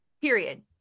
period